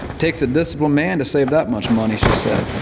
takes a disciplined man to save that much money, she said.